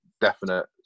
definite